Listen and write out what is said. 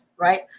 right